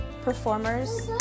performers